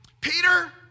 Peter